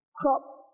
crop